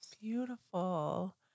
beautiful